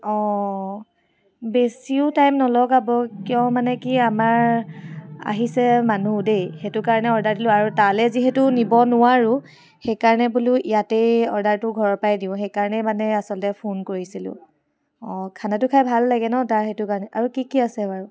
অ' বেছিও টাইম নলগাব কিয় মানে কি আমাৰ আহিছে মানুহ দেই সেইটো কাৰণে অৰ্ডাৰ দিলো তালে যিহেতু নিব নোৱাৰো সেই কাৰণে বোলো ইয়াতে অৰ্ডাৰটো ঘৰৰ পাই দিওঁ সেইকাৰণে মানে আচলতে ফোন কৰিছিলো অ' খানাটো খাই ভাল লাগে ন' তাৰ সেইটো কাৰণে আৰু কি কি আছে বাৰু